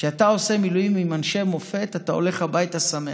כשאתה עושה מילואים עם אנשי מופת אתה הולך הביתה שמח.